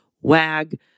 WAG